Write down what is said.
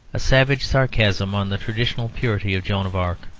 a savage sarcasm on the traditional purity of joan of arc,